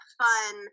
fun